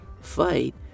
fight